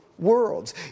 worlds